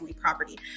property